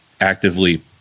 actively